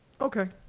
Okay